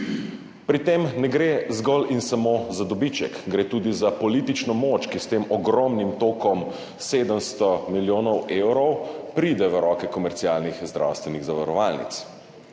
Pri tem ne gre zgolj in samo za dobiček, gre tudi za politično moč, ki s tem ogromnim tokom 700 milijonov evrov pride v roke komercialnih zdravstvenih zavarovalnic